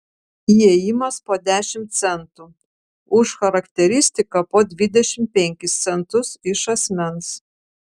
įėjimas po dešimt centų už charakteristiką po dvidešimt penkis centus iš asmens